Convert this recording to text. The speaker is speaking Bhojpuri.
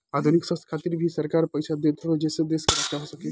आधुनिक शस्त्र खातिर भी सरकार पईसा देत हवे जेसे देश के रक्षा हो सके